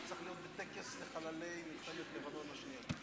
אני צריך להיות בטקס לחללי מלחמת לבנון השנייה,